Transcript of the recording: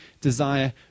desire